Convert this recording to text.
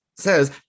says